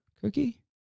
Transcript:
cookie